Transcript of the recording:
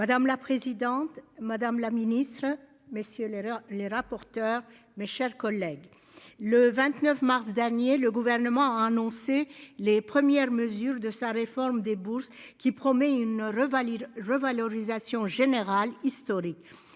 Madame la présidente, madame la ministre, messieurs l'erreur les rapporteurs, mes chers collègues, le 29 mars dernier, le gouvernement a annoncé les premières mesures de sa réforme des bourses qui promet une revalide revalorisation générale historique